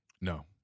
No